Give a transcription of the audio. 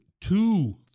Two